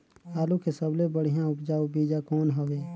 आलू के सबले बढ़िया उपजाऊ बीजा कौन हवय?